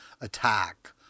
attack